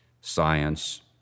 science